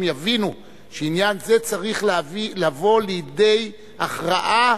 יבינו שעניין זה צריך לבוא לידי הכרעה,